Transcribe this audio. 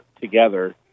together